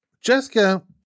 Jessica